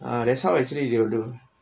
uh that's how actually you will do